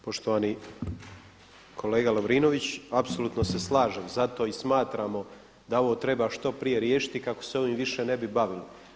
Poštovani kolega Lovrinović, apsolutno se slažem, zato i smatramo da ovo treba što prije riješiti kako se ovim više ne bi bavili.